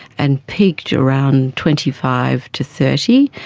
and peaked around twenty five to thirty,